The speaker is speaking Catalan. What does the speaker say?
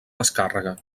descàrrega